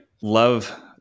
love